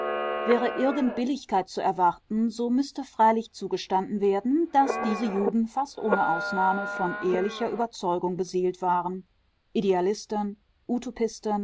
wäre irgend billigkeit zu erwarten so müßte freilich zugestanden werden daß diese juden fast ohne ausnahme von ehrlicher überzeugung beseelt waren idealisten